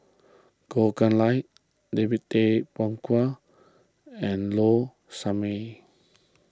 Goh Chiew Lye David Tay Poey Cher and Low Sanmay